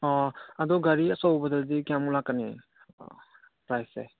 ꯑꯣ ꯑꯗꯨ ꯒꯥꯔꯤ ꯑꯆꯧꯕꯗꯗꯤ ꯀꯌꯥꯃꯨꯛ ꯂꯥꯛꯀꯅꯤ ꯄ꯭ꯔꯥꯏꯁꯁꯦ